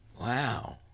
Wow